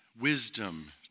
wisdom